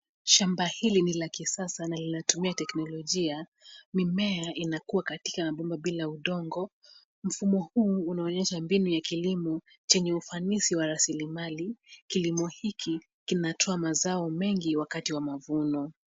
Shamba hili ni la kisasa na linatumia teknologia. Mimea inakuwa katika ya mabomba bila udongo. Mfumo huu unaonyesha mbinu ya kilimo chenye ufanisi wa raslimali. Kilimo hiki kinatoa mazao mengi wakati wa mavuno.